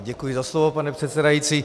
Děkuji za slovo, pane předsedající.